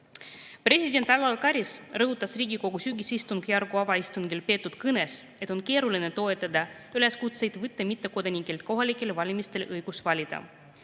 President Alar Karis rõhutas Riigikogu sügisistungjärgu avaistungil peetud kõnes, et on keeruline toetada üleskutseid võtta mittekodanikelt kohalikel valimistel õigus valida.